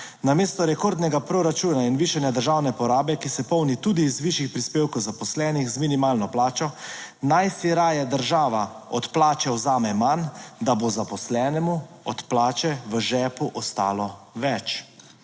Namesto rekordnega proračuna in višanja državne porabe, ki se polni tudi iz višjih prispevkov zaposlenih z minimalno plačo naj si raje država od plače vzame manj, da bo zaposlenemu od plače v žepu ostalo več.